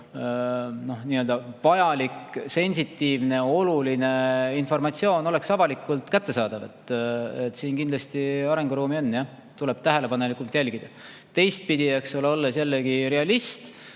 vajalik sensitiivne oluline informatsioon oleks avalikult kättesaadav. Siin kindlasti arenguruumi on, tuleb tähelepanelikult jälgida. Teistpidi, ma jällegi realistina